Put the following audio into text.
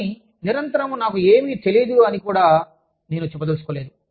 కానీ నిరంతరం నాకు ఏమీ తెలియదు అని నేను కూడా చెప్పదలచుకోలేదు